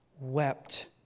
wept